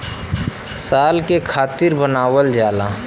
साल के खातिर बनावल जाला